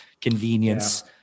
convenience